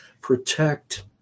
Protect